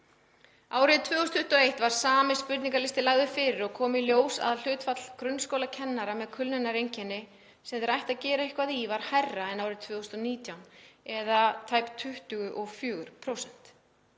Árið 2021 var sami spurningarlisti lagður fyrir og kom í ljós að hlutfall grunnskólakennara með kulnunareinkenni sem þeir ættu að gera eitthvað í var hærra en árið 2019, eða tæp 24%.